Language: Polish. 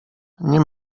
nie